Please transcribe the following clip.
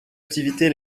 captivité